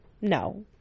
No